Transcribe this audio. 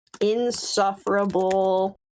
insufferable